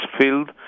filled